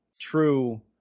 true